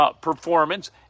performance